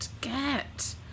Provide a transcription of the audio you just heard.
Get